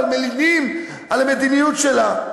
אבל מלינים על המדיניות שלה.